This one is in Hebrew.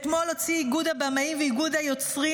אתמול הוציא איגוד הבמאים ואיגוד היוצרים